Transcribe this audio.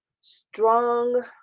strong